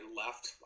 left